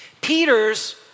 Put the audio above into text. Peter's